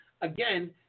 again